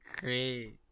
Great